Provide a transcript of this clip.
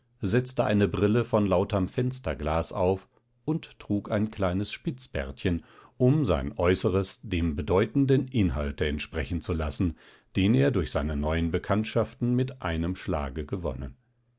setzte eine brille von lauterm fensterglas auf und trug ein kleines spitzbärtchen um sein äußeres dem bedeutenden inhalte entsprechen zu lassen den er durch seine neuen bekanntschaften mit einem schlage gewonnen